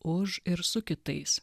už ir su kitais